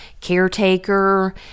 caretaker